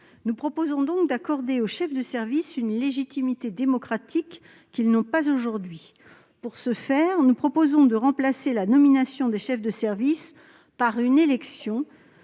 Nous proposons donc d'accorder aux chefs de service une légitimité démocratique qu'ils n'ont pas aujourd'hui. Pour ce faire, nous proposons de substituer à leur nomination leur élection